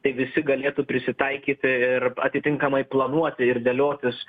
tai visi galėtų prisitaikyti ir atitinkamai planuoti ir dėliotis